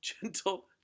gentle